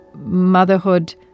motherhood